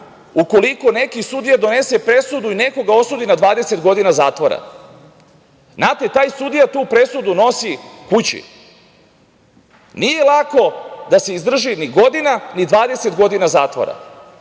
ukoliko neki sudija donese presudu i nekoga osudi na 20 godina zatvora. Znate, taj sudija tu presudu nosi kući. Nije lako da se izdrži ni godina, ni 20 godina zatvora.